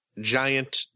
giant